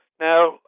Now